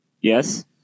Yes